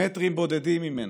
מטרים בודדים ממנו.